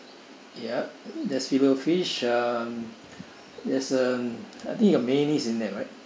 ya there's filet O fish uh yes um I think you have mayonnaise in there right